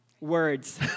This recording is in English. words